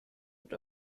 und